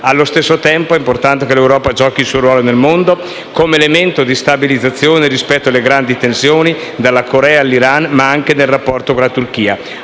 Allo stesso tempo è importante che l'Europa giochi il suo ruolo nel mondo, come elemento di stabilizzazione rispetto alle grandi tensioni, dalla Corea, all'Iran, ma anche nel rapporto con la Turchia.